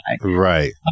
right